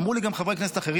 אמרו לי גם חברי כנסת אחרים,